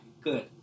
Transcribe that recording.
Good